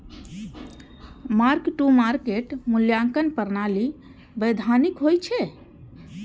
mark to market मूल्यांकन प्रणाली वैधानिक होइ छै